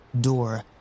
door